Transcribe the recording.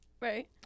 Right